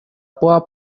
poor